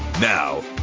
Now